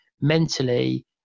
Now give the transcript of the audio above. mentally